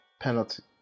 penalty